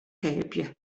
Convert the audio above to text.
keapje